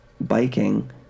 biking